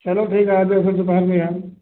चलो ठीक है आ जाओ फिर दोपहर में यार